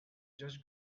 just